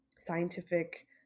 scientific